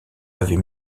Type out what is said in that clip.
avait